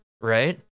right